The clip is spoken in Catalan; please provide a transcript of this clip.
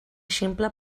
ximple